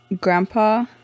grandpa